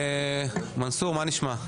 מנסור, מה נשמע?